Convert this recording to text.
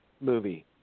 movie